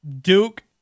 Duke